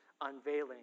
unveiling